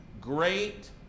great